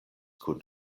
kun